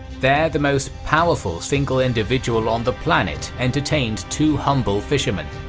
there, the most powerful single individual on the planet entertained two humble fishermen,